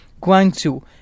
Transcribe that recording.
Guangzhou